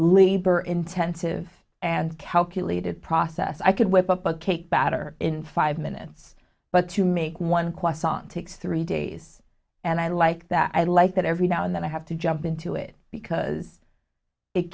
leiber intensive and calculated process i could whip up a cake batter in five minutes but to make one croissant takes three days and i like that i like that every now and then i have to jump into it because it